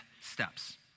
steps